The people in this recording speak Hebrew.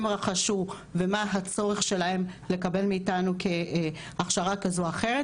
רכשו ומה הצורך שלהם לקבל מאיתנו הכשרה כזו או אחרת,